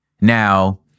Now